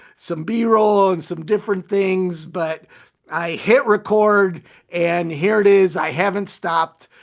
some b roll ah and some different things but i hit record and here it is, i haven't stopped.